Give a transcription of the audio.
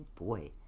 boy